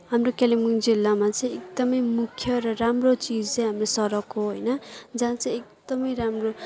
हाम्रो कालिम्पोङ जिल्लमा चाहिँ एकदमै मुख्य र राम्रो चिज चाहिँ हाम्रो सडक हो होइन जहाँ चाहिँ एकदमै राम्रो